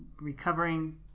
recovering